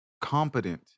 competent